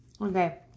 Okay